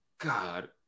God